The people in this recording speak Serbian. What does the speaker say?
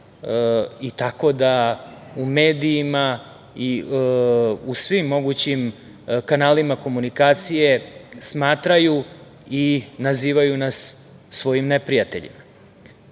i tako da u medijima i u svim mogućim kanalima komunikacije smatraju i nazivaju nas svojim neprijateljima. Mi